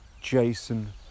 Jason